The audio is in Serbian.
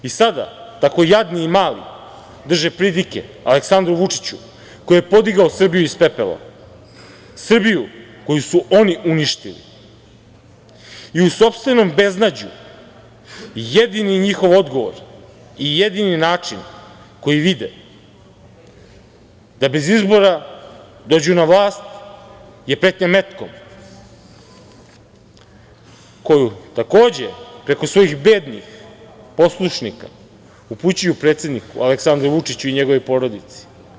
I sada, tako jadni i mali drže pridike Aleksandru Vučiću koji je podigao Srbiju iz pepela, Srbiju koju su oni uništili i u sopstvenom beznađu jedini njihov odgovor i jedini način koji vide da bez izbora dođu na vlast je pretnja metkom, koju takođe preko svojih bednih poslušnika upućuju predsedniku Aleksandru Vučiću i njegovoj porodici.